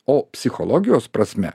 o psichologijos prasme